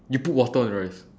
you put water on the rice